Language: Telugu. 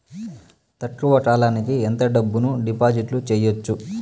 తక్కువ కాలానికి ఎంత డబ్బును డిపాజిట్లు చేయొచ్చు?